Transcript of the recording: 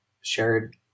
shared